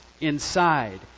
inside